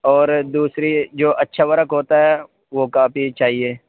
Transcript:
اور دوسری جو اَچّھا ورک ہوتا ہے وہ کاپی چاہیے